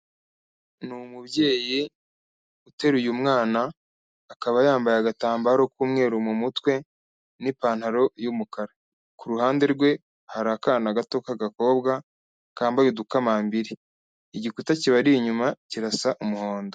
Ni umubyeyi uteruye umwana, akaba yambaye agatambaro k'umweru mu mutwe n'ipantaro y'umukara, ku ruhande rwe hari akana gato k'agakobwa kambaye udukamambiri, igikuta kibari inyuma kirasa umuhondo.